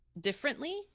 differently